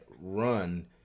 run